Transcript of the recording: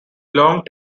long